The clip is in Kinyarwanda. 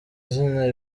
zina